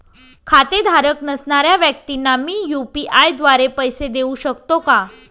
खातेधारक नसणाऱ्या व्यक्तींना मी यू.पी.आय द्वारे पैसे देऊ शकतो का?